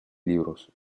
libros